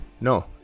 no